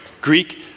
Greek